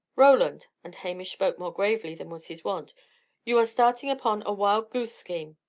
roland and hamish spoke more gravely than was his wont you are starting upon a wild-goose scheme.